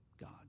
God